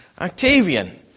Octavian